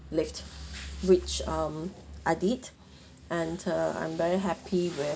lift which um I did and uh I'm very happy with